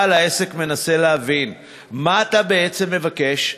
בעל העסק מנסה להבין: מה אתה בעצם מבקש?